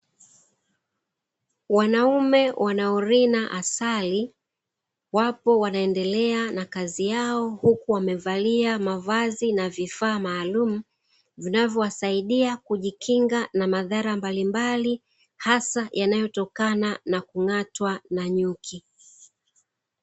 Wanaume wanaorina asali wapo wanaendelea na kazi yao, huku wamevalia mavazi na vifaa maalumu, vinavuwasaidia kujikinga na madhara mbalimbali hasa yanayotokana na kung'atwa na nyuki .